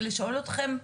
ולשאול אתכם,